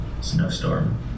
Snowstorm